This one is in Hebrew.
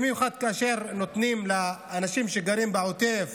במיוחד כאשר נותנים לאנשים שגרים בעוטף